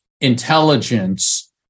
intelligence